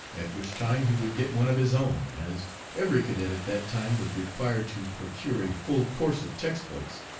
at which time he would get one of his own, as every cadet at that time was required to procure a full course of text-books,